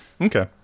Okay